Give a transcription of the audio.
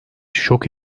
şok